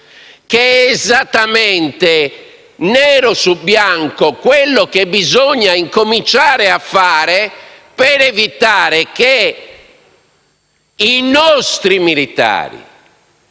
che è esattamente, nero su bianco, quello che bisogna cominciare a fare per evitare che i nostri militari,